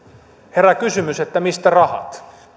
herää kysymys että mistä rahat